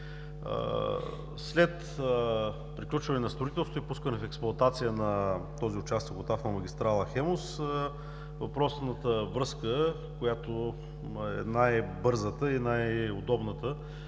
След приключване на строителството и пускане в експлоатация на този участък от автомагистрала „Хемус“, въпросната връзка, която е най-бързата и най-удобната